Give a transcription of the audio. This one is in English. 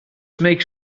makes